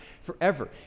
forever